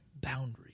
boundaries